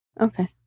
Okay